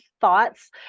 thoughts